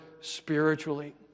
spiritually